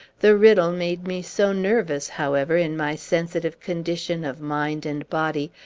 the riddle made me so nervous, however, in my sensitive condition of mind and body,